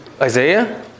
Isaiah